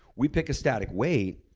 we pick a static weight,